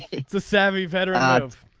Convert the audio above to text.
it's a savvy veteran of